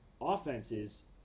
offenses